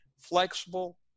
flexible